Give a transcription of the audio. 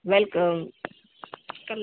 welcome